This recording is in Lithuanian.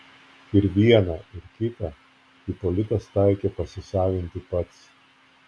ir vieną ir kitą ipolitas taikė pasisavinti pats